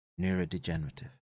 neurodegenerative